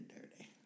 dirty